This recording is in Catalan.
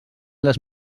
les